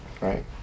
right